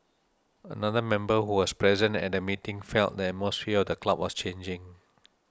another member who was present at the meeting felt the atmosphere the club was changing